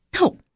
No